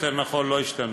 יותר נכון, לא השתנו.